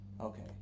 Okay